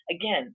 again